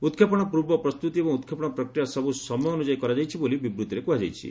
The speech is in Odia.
ଉତ୍କ୍ଷେପଣ ପୂର୍ବପ୍ରସ୍ତୁତି ଏବଂ ଉତ୍କ୍ଷେପଣ ପ୍ରକ୍ରିୟା ସବୁ ସମୟ ଅନୁଯାୟୀ କରାଯାଇଛି ବୋଲି ବିବୃତ୍ତିରେ କୁହାଯାଇଛି